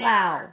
Wow